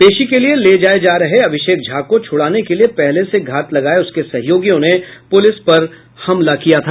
पेशी के लिए ले जाये जा रहे अभिषेक झा को छुड़ाने के लिए पहले से घात लगाये उसके सहयोगियों ने पुलिस पर यह हमला किया था